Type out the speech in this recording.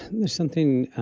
and there's something